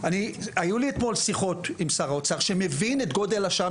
היו לי אתמול שיחות עם שר האוצר שמבין את גודל השעה,